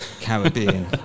Caribbean